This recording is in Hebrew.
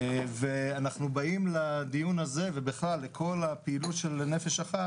אנחנו באים לדיון הזה ובכלל לכל הפעילות של "נפש אחת"